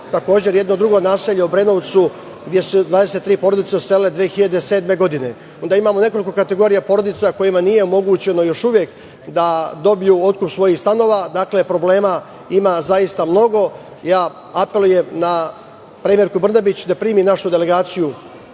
stanova. Jedno drugo naselje u Obrenovcu, gde su se 23 porodice uselile 2007. godine. Onda imamo nekoliko kategorija porodica kojima nije omogućeno, još uvek, da dobiju otkup svojih stanova. Dakle, problema ima zaista mnogo, ja apelujem na premijerku Brnabić, da primi našu delegaciju